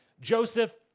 Joseph